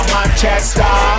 Manchester